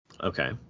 Okay